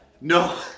No